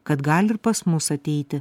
kad gali ir pas mus ateiti